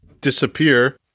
disappear